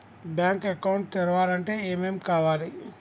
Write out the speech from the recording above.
Bank account తెరవాలంటే ఏమేం కావాలి?